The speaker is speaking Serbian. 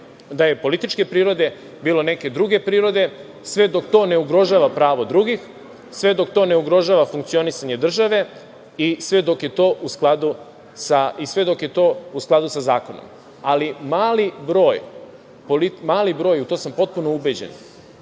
da je političke prirode, bilo neke druge prirode, sve dok to ne ugrožava pravo drugih, sve dok to ne ugrožava funkcionisanje države i sve dok je to u skladu sa zakonom. Mali broj, u to sam potpuno ubeđen